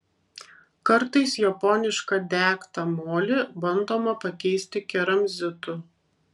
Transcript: kartais japonišką degtą molį bandoma pakeisti keramzitu